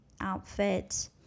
outfit